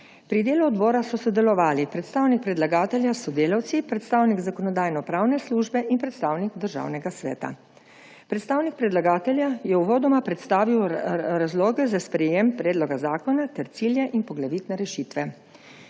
Pri delu odbora so sodelovali predstavnik predlagatelja s sodelavci, predstavnik Zakonodajno-pravne službe in predstavnik Državnega sveta. Predstavnik predlagatelja je uvodoma predstavil razloge za sprejetje predloga zakona ter cilje in poglavitne rešitve.